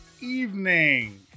evening